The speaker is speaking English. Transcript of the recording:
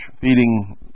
feeding